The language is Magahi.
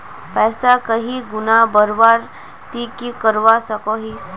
पैसा कहीं गुणा बढ़वार ती की करवा सकोहिस?